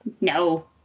no